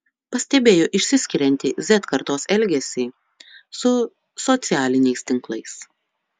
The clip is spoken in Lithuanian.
pastebėjo išsiskiriantį z kartos elgesį su socialiniais tinklais